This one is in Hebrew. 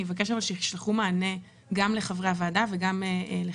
אני אבקש מהם שישלחו מענה גם לחברי הוועדה וגם לך,